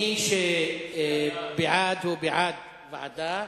מי שבעד הוא בעד ועדה,